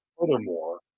furthermore